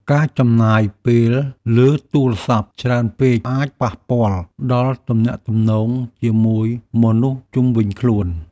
ការចំណាយពេលលើទូរស័ព្ទច្រើនពេក អាចប៉ះពាល់ដល់ទំនាក់ទំនងជាមួយមនុស្សជុំវិញខ្លួន។